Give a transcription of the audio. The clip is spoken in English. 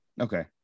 Okay